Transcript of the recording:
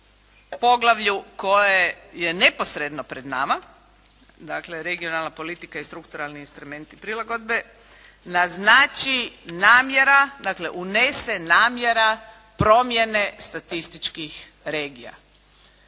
poglavlju koje je neposredno pred nama, dakle – Regionalna politika i strukturalni elementi prilagodbi naznači namjera, dakle unese namjera promjene statističkih regija.